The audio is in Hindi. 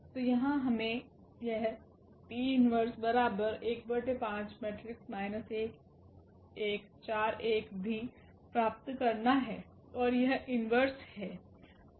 तो यहाँ हमें यह भी प्राप्त करना है यह इन्वर्स है